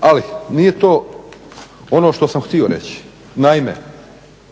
Ali nije to ono što sam htio reći. Naime,